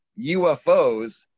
UFOs